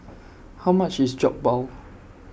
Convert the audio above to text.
How much IS Jokbal